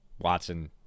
Watson